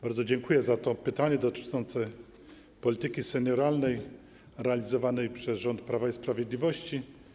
Bardzo dziękuję za to pytanie dotyczące polityki senioralnej realizowanej przez rząd Prawa i Sprawiedliwości.